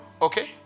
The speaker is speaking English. Okay